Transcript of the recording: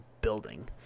building